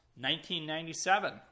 1997